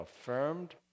affirmed